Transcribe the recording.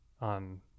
on